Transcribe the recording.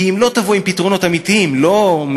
כי אם לא תבוא עם פתרונות, אמיתיים, לא מדומים,